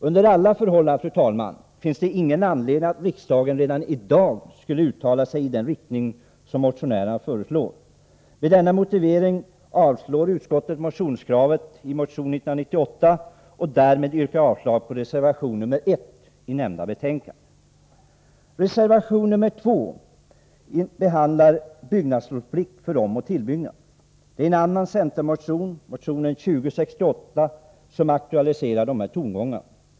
Under alla förhållanden, fru talman, finns det ingen anledning att riksdagen redan i dag skulle uttala sig i den riktning som motionärerna föreslår. Med denna motivering avstyrker utskottet motionskravet i motion 1998, och därmed yrkar jag avslag på reservation nr 1 i nämnda betänkande. Reservation nr 2 behandlar byggnadslovsplikt för omoch tillbyggnader. Det är en annan centermotion, motion 2068, som aktualiserar dessa tongångar.